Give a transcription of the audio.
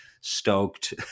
stoked